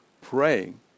praying